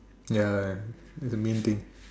ya ya ya that's the main thing